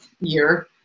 year